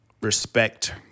respect